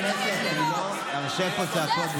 חברי הכנסת, אני לא ארשה פה צעקות "בושה".